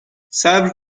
صبر